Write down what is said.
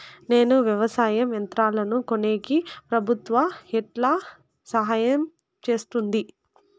నేను వ్యవసాయం యంత్రాలను కొనేకి ప్రభుత్వ ఎట్లా సహాయం చేస్తుంది?